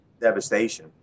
devastation